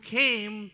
came